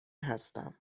هستم